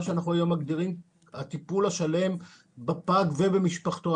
שאנחנו היום מגדירים הטיפול השלם בפג ובמשפחתו.